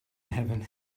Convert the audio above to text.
heaven